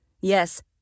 Yes